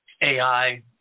AI